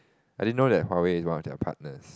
I didn't know that Huawei is one of their partners